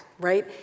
right